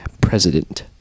president